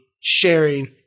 sharing